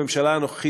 הממשלה הנוכחית,